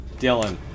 Dylan